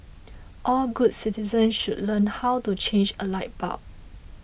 all good citizens should learn how to change a light bulb